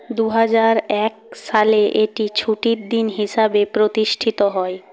দু হাজার এক সালে এটি ছুটির দিন হিসাবে প্রতিষ্ঠিত হয়